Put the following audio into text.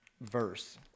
verse